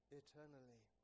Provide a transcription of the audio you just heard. eternally